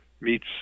meets